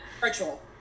virtual